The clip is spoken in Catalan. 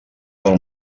del